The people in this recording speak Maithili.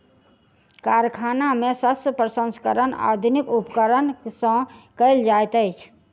कारखाना में शस्य प्रसंस्करण आधुनिक उपकरण सॅ कयल जाइत अछि